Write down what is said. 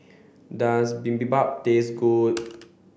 does Bibimbap taste good